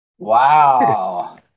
Wow